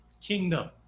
kingdom